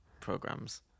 programs